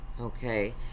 Okay